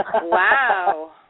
Wow